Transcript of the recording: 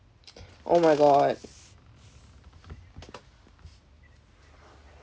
oh my god